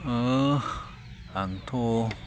आंथ'